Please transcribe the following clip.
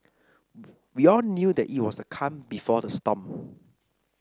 we all knew that it was the calm before the storm